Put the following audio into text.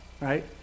Right